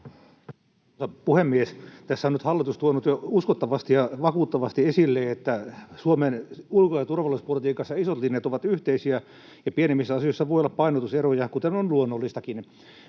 puhemies! Tässä on nyt hallitus tuonut jo uskottavasti ja vakuuttavasti esille, että Suomen ulko- ja turvallisuuspolitiikassa isot linjat ovat yhteisiä ja pienemmissä asioissa voi olla painotuseroja, kuten on luonnollistakin,